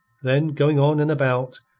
then going on and about,